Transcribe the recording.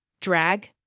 drag